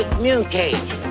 Communicate